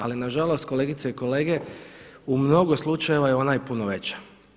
Ali na žalost kolegice i kolege u mnogo slučajeva je ona i puno veća.